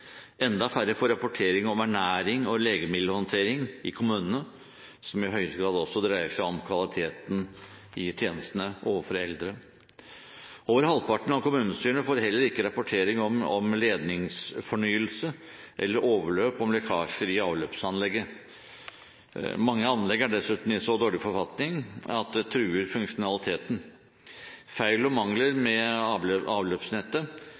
Enda færre får rapportering om ernæring og legemiddelhåndtering i kommunene, som i høyeste grad også dreier seg om kvaliteten i tjenestene overfor eldre. Over halvparten av kommunestyrene får heller ikke rapportering om ledningsfornyelse eller overløp og lekkasjer i avløpsanlegget. Mange anlegg er dessuten i så dårlig forfatning at det truer funksjonaliteten. Feil og mangler ved avløpsnettet